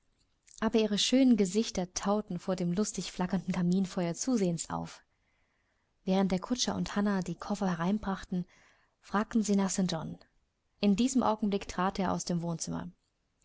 aber ihre schönen gesichter tauten vor dem lustig flackernden kaminfeuer zusehends auf während der kutscher und hannah die koffer hereinbrachten fragten sie nach st john in diesem augenblick trat er aus dem wohnzimmer